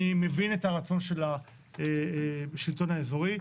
אני מבין את הרצון של השלטון האזורי.